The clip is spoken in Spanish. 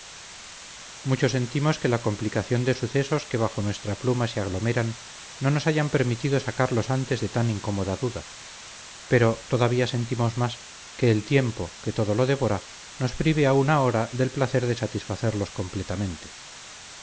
mucho sentimos que la complicación de sucesos que bajo nuestra pluma se aglomeran no nos haya permitido sacarlos antes de tan incómoda duda pero todavía sentimos más que el tiempo que todo lo devora nos prive aún ahora del placer de satisfacerlos completamente